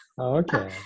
okay